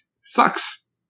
Sucks